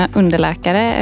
underläkare